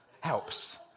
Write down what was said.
helps